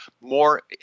more